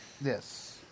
Yes